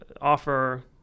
offer